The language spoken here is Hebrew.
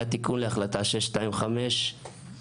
היה תיקון להחלטה 625 בממשלה,